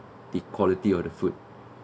the quality of the food